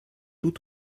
tout